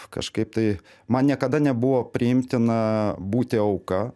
kažkaip tai man niekada nebuvo priimtina būti auka